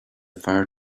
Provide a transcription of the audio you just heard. fire